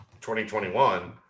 2021